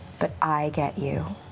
but i get you.